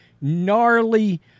gnarly